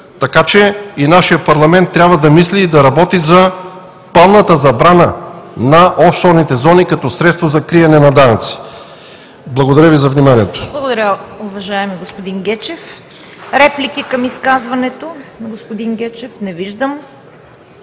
Така че и нашият парламент трябва да мисли и да работи за пълната забрана на офшорните зони като средство за криене на данъци. Благодаря Ви за вниманието.